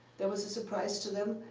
that was a surprise to them.